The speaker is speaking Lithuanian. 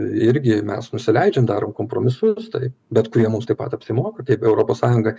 irgi mes nusileidžiam darom kompromisus taip bet kurie mus taip pat apsimoka taip europos sąjunga